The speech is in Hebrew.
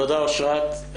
תודה אשרת.